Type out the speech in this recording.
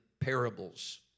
parables